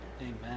Amen